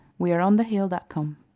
WeAreOnTheHill.com